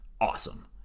awesome